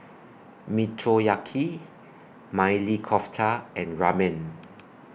Motoyaki Maili Kofta and Ramen